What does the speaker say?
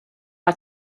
are